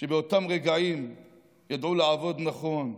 שבאותם רגעים ידעו לעבוד נכון,